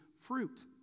fruit